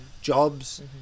jobs